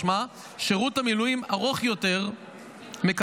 משמע שירות מילואים ארוך יותר מקבל